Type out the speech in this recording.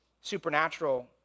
supernatural